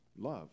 love